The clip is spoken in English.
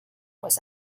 was